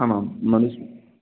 आम् आम् मनुस्मृतिः